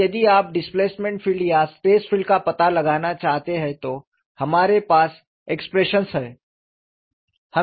और यदि आप डिस्प्लेसमेंट फील्ड या स्ट्रेस फील्ड का पता लगाना चाहते हैं तो हमारे पास एक्सप्रेशंस हैं